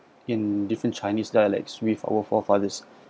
in different chinese dialects with our forefathers